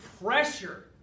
pressure